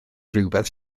rhywbeth